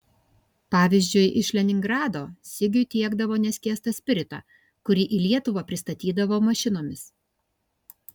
pavyzdžiui iš leningrado sigiui tiekdavo neskiestą spiritą kurį į lietuvą pristatydavo mašinomis